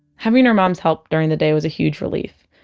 having her mom's help during the day was a huge relief.